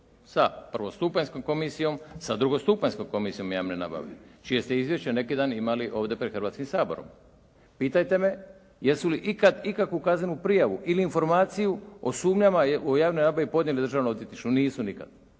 sa prvostupanjskom komisijom, sa drugostupanjskom komisijom u javnoj nabavi čija ste izvješća neki dan ovdje pred Hrvatskim saborom. Pitajte me jesu li ikada ikakvu kaznenu prijavu ili informaciju o sumnjama u javnoj nabavi podnijeli Državnom odvjetništvu? Nisu nikad.